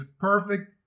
perfect